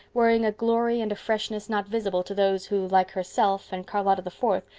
wearing a glory and a freshness not visible to those who, like herself and charlotta the fourth,